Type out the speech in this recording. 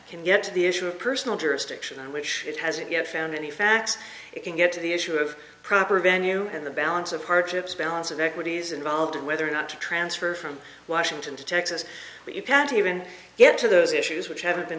mant can get to the issue of personal jurisdiction which it hasn't yet found any facts it can get to the issue of proper venue in the balance of hardships balance of equities involved in whether or not to transfer from washington to texas but you can't even get to those issues which haven't been